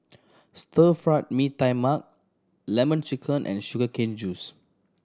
Stir Fry Mee Tai Mak Lemon Chicken and sugar cane juice